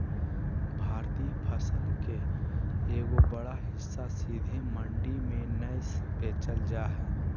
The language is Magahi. भारतीय फसल के एगो बड़ा हिस्सा सीधे मंडी में नय बेचल जा हय